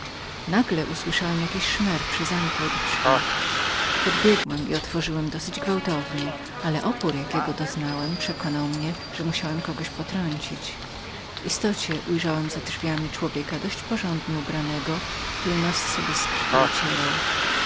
tego usłyszałem jakiś szmer przy zamku od drzwi poskoczyłem i otworzyłem nieco gwałtownie ale opór jakiego doznałem przekonał mnie że musiałem kogoś potrącić w istocie ujrzałem za drzwiami człowieka dość porządnie ubranego który nos sobie z krwi ocierał